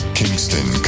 kingston